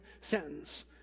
sentence